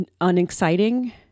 unexciting